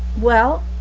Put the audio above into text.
well,